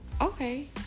Okay